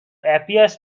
appears